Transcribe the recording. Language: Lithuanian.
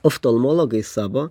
oftalmologai savo